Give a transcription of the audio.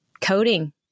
coding